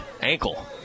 Ankle